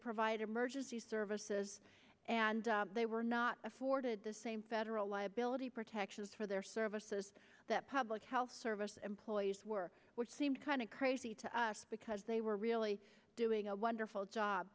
provide emergency services and they were not afforded the same federal liability protections for their services that public health service employees were which seemed kind of crazy to us because they were really doing a wonderful job